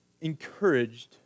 encouraged